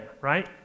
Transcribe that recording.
right